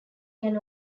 can